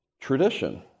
tradition